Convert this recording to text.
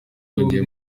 bahugiye